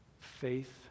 faith